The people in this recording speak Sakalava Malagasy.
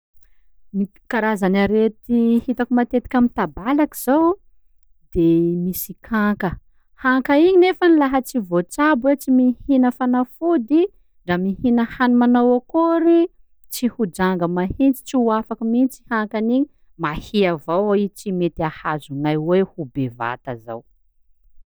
Ny karazany arety hitako matetika amy tabalaky zao: de misy kanka, hanka igny nefa laha tsy voatsabo hoe tsy mihina fanafody ndra mihina hany manao akôry tsy ho janga mahitsy, tsy ho afaka mihitsy hankany igny, mahia avao i tsy mety ahazonay hoe ho bevata zao.